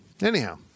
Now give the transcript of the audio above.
Anyhow